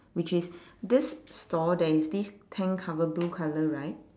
which is this store there is this tent cover blue colour right